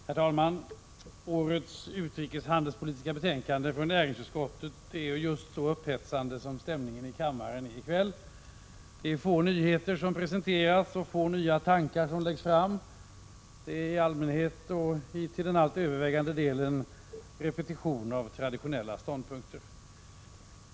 Herr talman! Årets utrikeshandelspolitiska betänkande från näringsutskottet är lika upphetsande som stämningen är i kammaren i kväll. Det är få nyheter som presenteras och få nya tankar som kommer till uttryck. Det är i allmänhet och till den allt övervägande delen fråga om repetition av traditionella ståndpunkter.